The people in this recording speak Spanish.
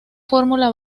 fórmula